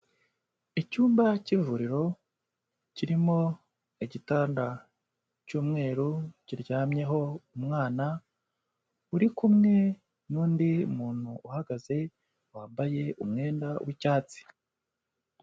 Icyumba cy'ivuriro, kirimo igitanda cy'umweru, kiryamyeho umwana, uri kumwe n'undi muntu uhagaze, wambaye umwenda w'icyatsi.